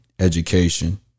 Education